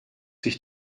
sich